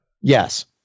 Yes